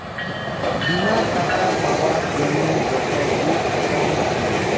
বীমার টাকা পাবার জ্যনহে যখল ইক একাউল্ট খুলে